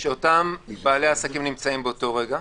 בו נמצאים בעלי העסקים באותו רגע,